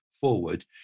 forward